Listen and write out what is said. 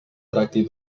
tracti